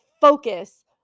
focus